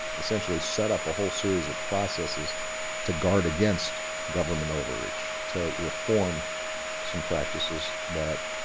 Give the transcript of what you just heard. essentially set up a whole series of processes to guard against government overreach, to reform some practices that